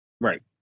Right